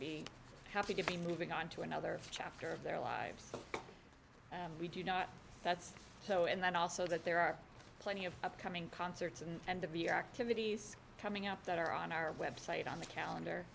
be happy to be moving on to another chapter of their lives and we do know that's so and then also that there are plenty of upcoming concerts and to be activities coming out that are on our website on the calendar